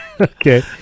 Okay